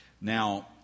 Now